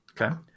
Okay